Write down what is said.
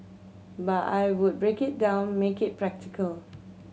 but I would break it down make it practical